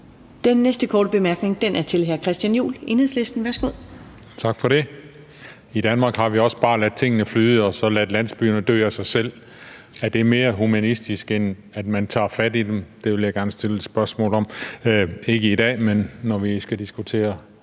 Den næste korte bemærkning er til hr. Christian Juhl, Enhedslisten. Værsgo. Kl. 15:31 Christian Juhl (EL): Tak for det. I Danmark har vi også bare ladet tingene flyde og ladet landsbyerne dø af sig selv. Er det mere humanistisk, end at man tager fat i dem? Det vil jeg gerne stille et spørgsmål om, ikke i dag, men når vi skal diskutere